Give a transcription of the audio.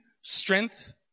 strength